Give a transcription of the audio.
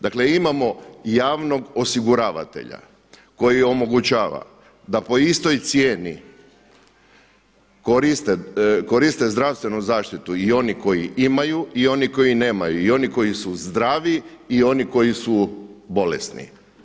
Dakle imamo javnog osiguravatelja koji omogućava da po istoj cijeni koriste zdravstvenu zaštitu i oni koji imaju i oni koji nemaju i oni koji su zdravi i oni koji su bolesni.